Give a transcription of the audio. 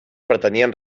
pretenien